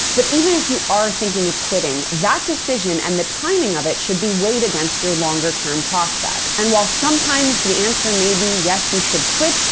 but even if you are thinking of quitting, that decision and the timing of it should be weighed against your longer-term prospects. and while sometimes, the answer may be yes, you should quit,